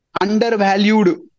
undervalued